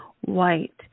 White